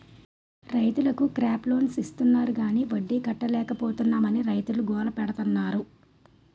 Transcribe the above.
రైతులకు crop loans ఇస్తాన్నారు గాని వడ్డీ కట్టలేపోతున్నాం అని రైతులు గోల పెడతన్నారు